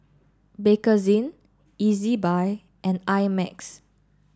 Bakerzin Ezbuy and I Max